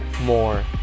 more